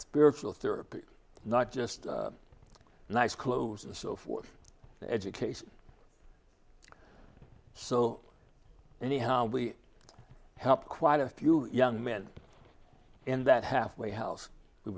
spiritual therapy not just nice clothes and so forth education so anyhow we helped quite a few young men in that halfway house we